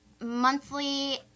monthly